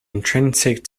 intrinsic